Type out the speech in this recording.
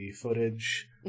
footage